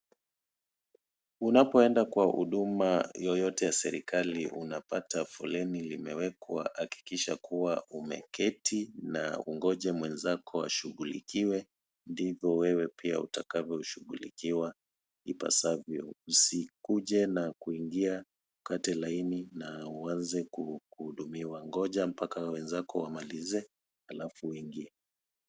Unapoenda kwa huduma yoyote ya serikali unapata foleni limewekwa hakikisha kuwa umeketi na ungoje mwenzako ashughulikiwe ndivyo wewe pia utakavyo shughulikiwa ipasavyo. Usikuje na kuingia ukate laini na uanze kuhudumiwa ngoja mpaka wenzako wamalize halafu uingie.